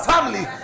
family